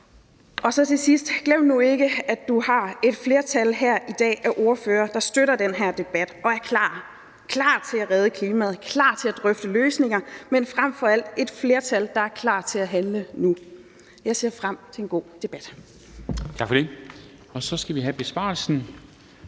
ikke må glemme, at han har et flertal af ordførere her i dag, der støtter den her debat og er klar – klar til at redde klimaet og klar til at drøfte løsninger. Men der er frem for alt et flertal, der er klar til at handle nu. Jeg ser frem til en god debat.